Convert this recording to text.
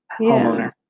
homeowner